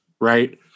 right –